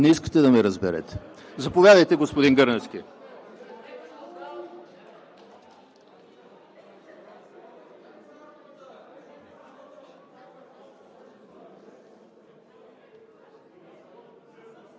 Не искате да ме разберете! Заповядайте, господин Гърневски.